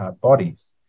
bodies